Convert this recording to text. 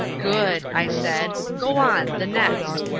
good! i said. go on, the next.